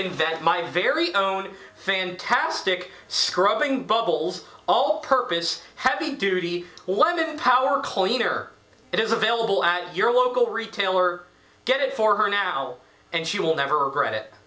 invent my very own fantastic scrubbing bubbles all purpose heavy duty power cleaner it is available at your local retailer get it for her now and she will never regret it